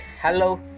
hello